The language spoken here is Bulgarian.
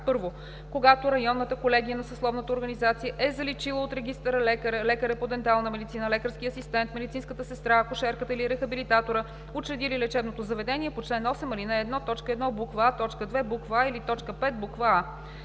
„1. когато районната колегия на съсловната организация е заличила от регистъра лекаря, лекаря по дентална медицина, лекарския асистент, медицинската сестра, акушерката или рехабилитатора, учредили лечебното заведение по чл. 8, ал. 1, т. 1, буква „а“, т. 2, буква